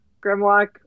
Grimlock